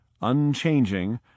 unchanging